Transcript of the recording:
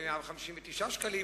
מ-159 שקלים